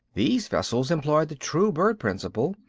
these vessels employed the true bird principle,